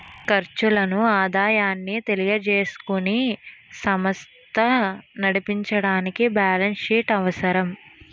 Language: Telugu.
ఖర్చులను ఆదాయాన్ని తెలియజేసుకుని సమస్త నడిపించడానికి బ్యాలెన్స్ షీట్ అవసరం